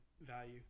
value